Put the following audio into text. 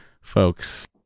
folks